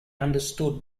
understood